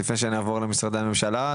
לפני שנעבור למשרדי הממשלה.